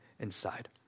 inside